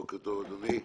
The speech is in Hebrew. בוקר טוב, אדוני.